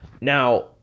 Now